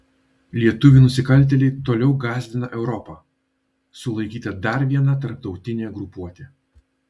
lietuvių nusikaltėliai toliau gąsdina europą sulaikyta dar viena tarptautinė grupuotė